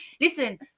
Listen